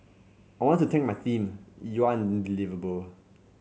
I want to thank my team you're unbelievable